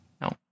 no